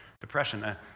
depression